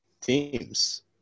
teams